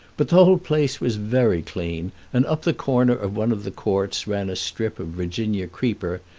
but the whole place was very clean, and up the corner of one of the courts ran a strip of virginia-creeper,